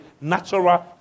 natural